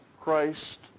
Christ